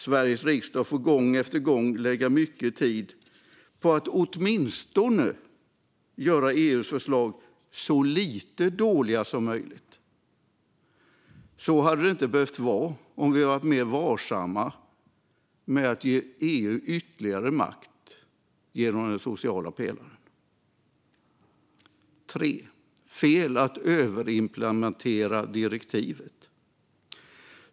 Sveriges riksdag får gång på gång lägga mycket tid på att göra EU:s förslag åtminstone så lite dåliga som möjligt. Så hade det inte behövt vara om vi hade varit mer varsamma med att ge EU ytterligare makt genom den sociala pelaren. För det tredje är det fel att överimplementera direktivet.